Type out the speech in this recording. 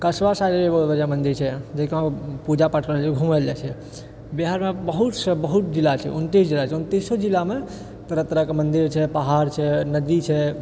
मंदिर छै जेकि पूजापाठ करै लऽ जाए छै घुमै लऽ जाए छै बिहारमे बहुत सारा बहुत जिला छै उनतीस जिला छै उनतीसो जिलामे तरह तरहकेँ मंदिर छै पहाड़ छै नदी छै